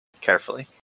carefully